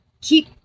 keep